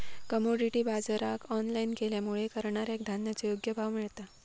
commodity बाजराक online केल्यामुळे करणाऱ्याक धान्याचो योग्य भाव मिळता